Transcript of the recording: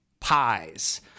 pies